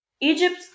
Egypt